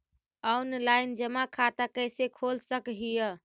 Online जमा खाता कैसे खोल सक हिय?